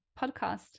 podcast